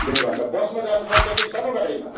डेढ घन्टा बसमा जानुपर्छ कि सानो गाडीमा